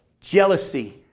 jealousy